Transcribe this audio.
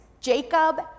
Jacob